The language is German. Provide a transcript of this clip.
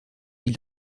die